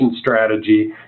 strategy